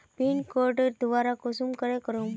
Pin code दोबारा कुंसम करे करूम?